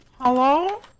Hello